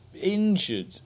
injured